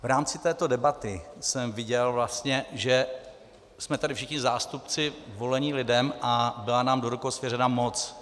V rámci této debaty jsem viděl vlastně, že jsme tady všichni zástupci volení lidem a byla nám do rukou svěřena moc.